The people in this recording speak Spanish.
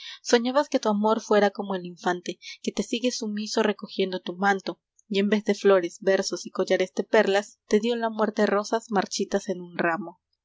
oñabas que tu amor fuera como el infante y te s's ue sumiso recogiendo tu manto y e vez ores versos y collares de perlas la muerte rosas marchitas en un ramo